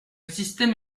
système